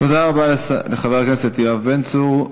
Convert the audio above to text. תודה רבה לחבר הכנסת יואב בן צור.